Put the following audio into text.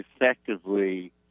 effectively